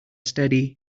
steady